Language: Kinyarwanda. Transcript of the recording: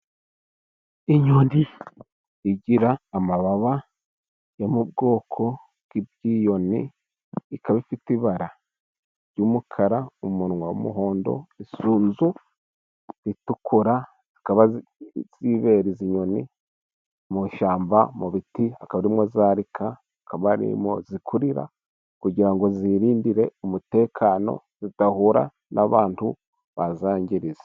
Inyoni igira amababa yo mu bwoko bw'ibwiyoni, ikaba ifite ibara ry'umukara, umunwa w'umuhondo, isunzu ritukura. Zikaba zibera izi nyoni mu ishyamba mu biti, hakaba arimo zarika hakaba arimo zikurira, kugira ngo zirindire umutekano zidahura n'abantu bazangiriza.